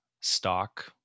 stock